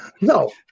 no